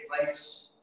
place